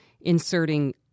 inserting